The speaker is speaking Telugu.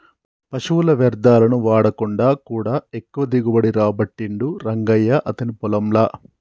పశువుల వ్యర్ధాలను వాడకుండా కూడా ఎక్కువ దిగుబడి రాబట్టిండు రంగయ్య అతని పొలం ల